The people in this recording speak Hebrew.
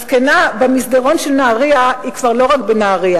הזקנה במסדרון של נהרייה היא כבר לא רק בנהרייה.